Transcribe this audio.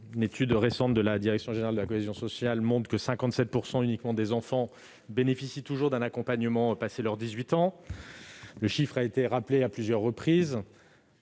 Une étude récente de la direction générale de la cohésion sociale monte que 57 % uniquement des enfants bénéficient toujours d'un accompagnement une fois qu'ils ont passé l'âge de 18 ans. Ces chiffres ont été rappelés à plusieurs reprises